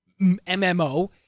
mmo